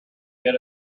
get